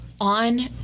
on